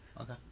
okay